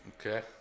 Okay